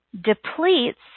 depletes